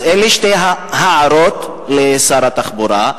אלה שתי ההערות לשר התחבורה,